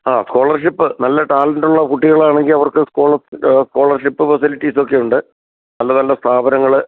ആ സ്കോളർഷിപ്പ് നല്ല ടാലൻറ്റുള്ള കുട്ടികളാണെങ്കിൽ അവർക്ക് സ്കോളർ സ്കോളർഷിപ്പ് ഫെസിലിറ്റീസൊക്കെ ഉണ്ട് നല്ലനല്ല സ്ഥാപനങ്ങൾ